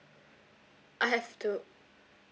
I have to